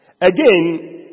Again